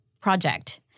project